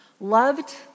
Loved